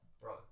Bro